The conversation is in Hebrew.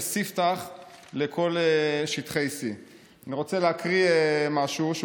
כספתח לכל שטחי C. אני רוצה להקריא משהו שהוא